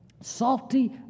salty